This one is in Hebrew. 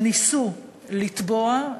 הם ניסו לתבוע,